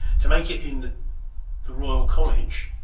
to make it in the royal college